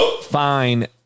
fine